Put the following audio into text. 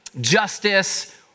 justice